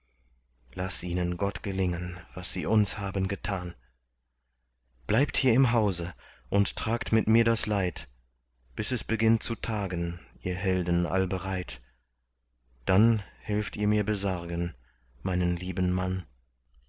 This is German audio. laß ihnen gott gelingen wie sie uns haben getan bleibt hier im hause und tragt mit mir das leid bis es beginnt zu tagen ihr helden allbereit dann helft ihr mir besargen meinen lieben mann